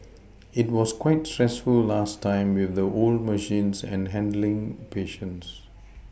it was quite stressful last time with the old machines and handling patients